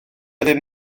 ddim